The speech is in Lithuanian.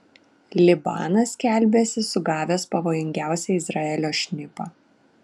libanas skelbiasi sugavęs pavojingiausią izraelio šnipą